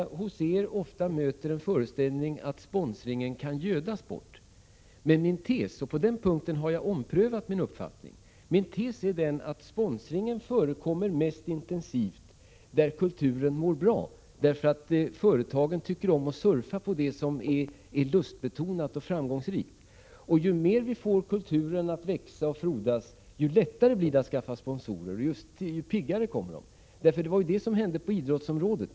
Hos er möter jag ofta föreställningen att sponsringen kan gödas bort. Men min tes är — och på den punkten har jag omprövat min uppfattning — att sponsring förekommer mest där kulturen mår bra. Företagen tycker nämligen om att surfa på det som är lustbetonat och framgångsrikt. Ju mer vi får kulturen att växa och frodas, desto lättare blir det att skaffa sponsorer och desto piggare kommer de. Det var vad som hände på idrottsområdet.